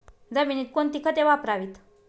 जमिनीत कोणती खते वापरावीत?